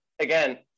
again